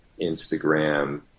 Instagram